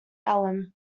alam